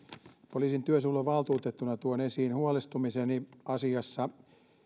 poliisin työsuojeluvaltuutettuna tuon esiin huolestumiseni asiassa